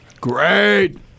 Great